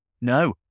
No